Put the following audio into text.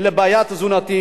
תהיה בעיה תזונתית,